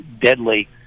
deadly